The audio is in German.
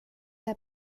der